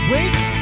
Wake